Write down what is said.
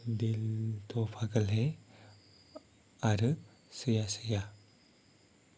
दिल थ' फागल है आरो सैया सैया